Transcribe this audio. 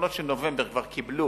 בחשבונות של נובמבר כבר קיבלו,